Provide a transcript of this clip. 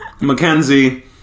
Mackenzie